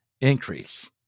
increase